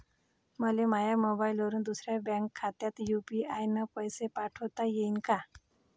मले माह्या मोबाईलवरून दुसऱ्या बँक खात्यात यू.पी.आय न पैसे पाठोता येईन काय?